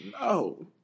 No